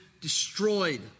destroyed